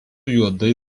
juodai